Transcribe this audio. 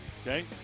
okay